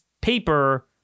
paper